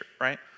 right